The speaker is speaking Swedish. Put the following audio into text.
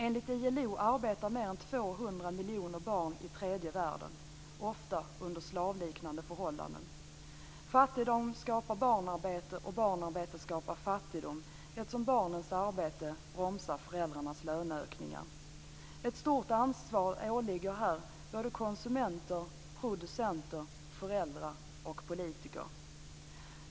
Enligt ILO arbetar mer än 200 miljoner barn i tredje världen - ofta under slavliknande förhållanden. Fattigdom skapar barnarbete, och barnarbete skapar fattigdom, eftersom barnens arbete bromsar föräldrarnas löneökningar. Ett stort ansvar åligger här både konsumenter, producenter, föräldrar och politiker.